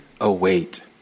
await